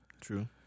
True